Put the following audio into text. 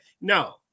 No